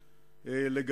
1980,